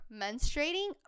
menstruating